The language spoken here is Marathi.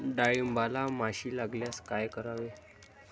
डाळींबाला माशी लागल्यास काय करावे?